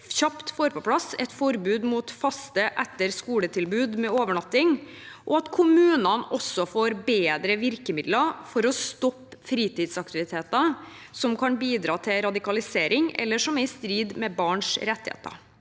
kjapt får på plass et forbud mot faste etter-skole-tilbud med overnatting, og at kommunene også får bedre virkemidler for å stoppe fritidsaktiviteter som kan bidra til radikalisering, eller som er i strid med barns rettigheter.